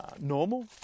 normal